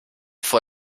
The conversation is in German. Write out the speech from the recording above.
vor